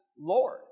Lord